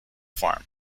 farm